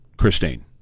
Christine